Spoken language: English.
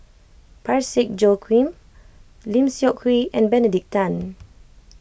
Parsick Joaquim Lim Seok Hui and Benedict Tan